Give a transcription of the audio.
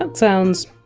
and sounds.